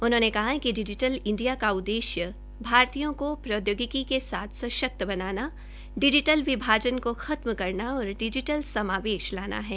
उन्होंने कहा कि डिजीटल इंडिया का उद्देश्य भातरीय को प्रौद्योगिकी साथ सशक्त बनाना डिजीटल विभाजन को खतम करना और डिजीटल समावेश लाना है